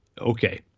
Okay